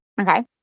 Okay